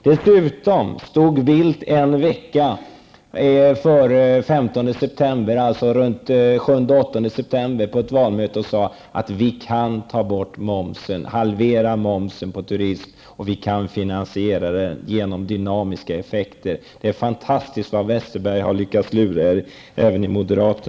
Jag tror att det var den 7 eller 8 september, i varje fall var det före den 15 september, som Carl Bildt på ett valmöte sade att det går att halvera turistmomsen och att det hela kan finansieras genom dynamiska effekter. Det är också fantastiskt att se hur Bengt Westerberg har lyckats lura även er moderater!